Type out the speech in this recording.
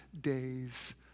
days